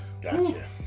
Gotcha